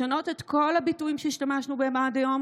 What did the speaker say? לשנות את כל הביטויים שהשתמשנו בהם עד היום